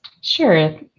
Sure